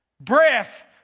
breath